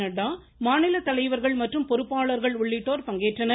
நட்டா மாநில தலைவர்கள் மற்றும் பொறுப்பாளர்கள் உள்ளிட்டோர் பங்கேற்றனர்